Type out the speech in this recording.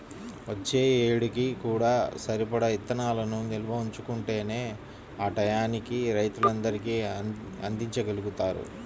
వచ్చే ఏడుకి కూడా సరిపడా ఇత్తనాలను నిల్వ ఉంచుకుంటేనే ఆ టైయ్యానికి రైతులందరికీ అందిచ్చగలుగుతారు